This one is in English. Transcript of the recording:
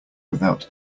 without